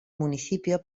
municipio